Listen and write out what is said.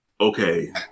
okay